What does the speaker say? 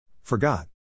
Forgot